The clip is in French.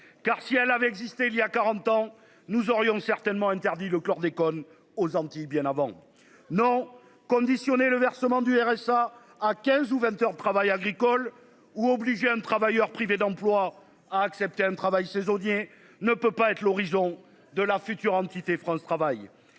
Car si elle avait existé, il y a 40 ans, nous aurions certainement interdit le chlordécone aux Antilles bien avant non conditionner le versement du RSA à 15 ou 20h de travail agricole ou obligé hein de travailleurs privés d'emploi à accepter un travail saisonnier ne peut pas être l'horizon de la future entité France travail.